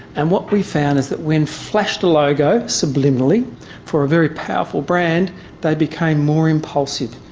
and what we found is that when flashed a logo subliminally for a very powerful brand they became more impulsive.